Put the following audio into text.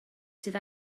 sydd